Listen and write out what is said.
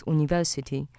University